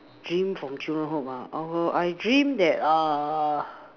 dream from children hood ah err I dream that uh